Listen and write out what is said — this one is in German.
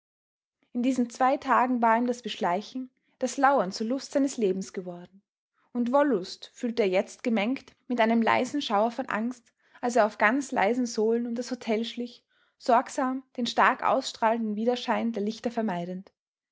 in diesen zwei tagen war ihm das beschleichen das lauern zur lust seines lebens geworden und wollust fühlte er jetzt gemengt mit einem leisen schauer von angst als er auf ganz leisen sohlen um das hotel schlich sorgsam den stark ausstrahlenden widerschein der lichter vermeidend